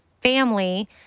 Family